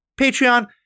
Patreon